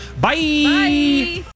Bye